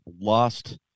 lost